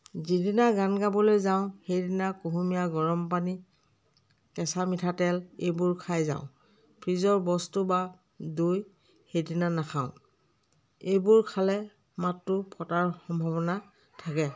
যিদিনা গান গাবলৈ যাওঁ সেইদিনা কুহুমীয়া গৰম পানী কেঁচা মিঠাতেল এইবোৰ খাই যাওঁ ফ্ৰীজৰ বস্তু বা দৈ সেইদিনা নাখাওঁ এইবোৰ খালে মাতটো ফটাৰ সম্ভাৱনা থাকে